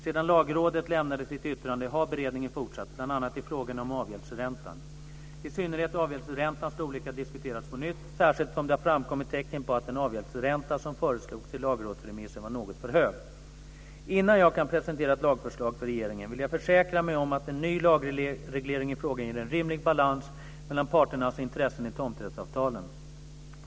Sedan Lagrådet lämnade sitt yttrande har beredningen fortsatt, bl.a. i frågan om avgäldsräntan. I synnerhet avgäldsräntans storlek har diskuterats på nytt, särskilt som det har framkommit tecken på att den avgäldsränta som föreslogs i lagrådsremissen var något för hög. Innan jag kan presentera ett lagförslag för regeringen vill jag försäkra mig om att en ny lagreglering i frågan ger en rimlig balans mellan parternas intressen i tomträttsavtalen.